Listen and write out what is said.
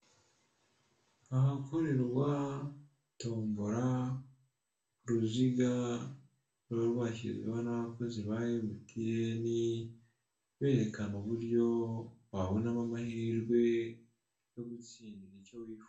Ahakorerwa tombora, uruziga ruba rwashyizweho n'abakozi ba MTN berekana uburyo wabonamo amahirwe yo gutsinda icyo wifuza.